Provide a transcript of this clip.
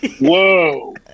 Whoa